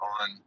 on